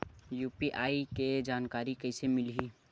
UPI के जानकारी कइसे मिलही?